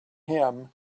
him